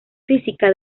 física